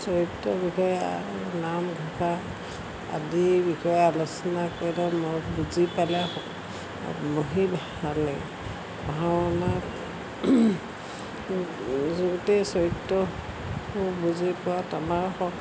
চৰিত্ৰৰ বিষয়ে নামঘোষা আদিৰ বিষয়ে আলোচনা কৰিলে মই বুজি পালে বহি ভাল লাগে পঢ়া শুনা যোনটোৱে চৰিত্ৰ বুজি পোৱাত আমাৰ স